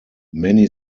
many